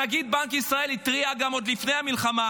נגיד בנק ישראל התריע גם עוד לפני המלחמה